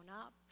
up